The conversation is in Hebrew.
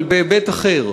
אבל בהיבט אחר.